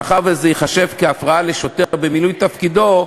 מאחר שזה ייחשב כהפרעה לשוטר במילוי תפקידו,